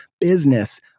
business